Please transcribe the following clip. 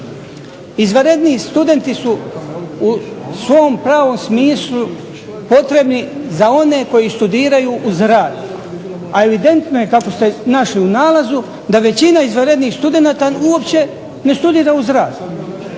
Izvanredni studenti su u svom pravom smislu potrebni za one koji studiraju uz rad, a evidentno je kako ste našli u nalazu da većina izvanrednih studenata uopće ne studira uz rad,